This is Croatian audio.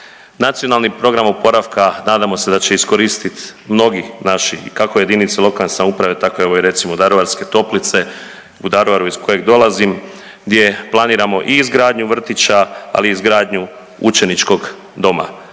Nacionalni program oporavka nadamo se da će iskoristit mnogi naši i kako JLS, tako evo i recimo Daruvarske toplice, u Daruvaru iz kojeg dolazim gdje planiramo i izgradnju vrtića, ali i izgradnju učeničkog doma.